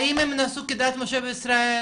האם הם נשואים כדת משה בישראל?